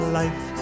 life